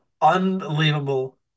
unbelievable